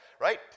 right